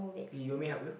you want me help you